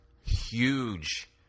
huge